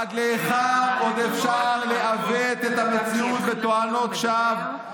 עד להיכן עוד אפשר לעוות את המציאות בתואנות שווא?